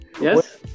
Yes